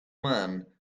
man